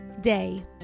day